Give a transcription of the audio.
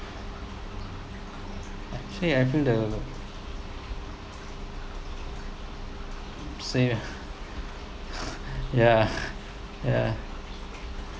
actually I feel the ya ya